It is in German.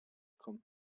kommen